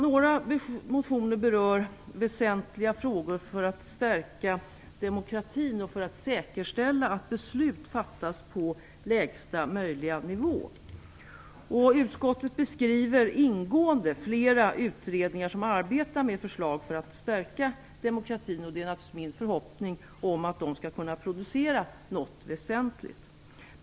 Några motioner berör väsentliga frågor för att stärka demokratin och för att säkerställa att beslut fattas på lägsta möjliga nivå. Utskottet beskriver ingående flera utredningar som arbetar med förslag för att stärka demokratin, och det är naturligtvis min förhoppning att de skall kunna producera något väsentligt.